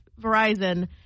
Verizon